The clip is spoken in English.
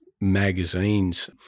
magazines